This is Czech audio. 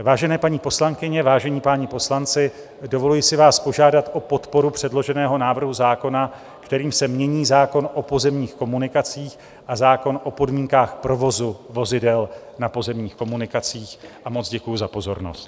Vážené paní poslankyně, vážení páni poslanci, dovoluji si vás požádat o podporu předloženého návrhu zákona, kterým se mění zákon o pozemních komunikacích a zákon o podmínkách provozu vozidel na pozemních komunikacích, a moc děkuji za pozornost.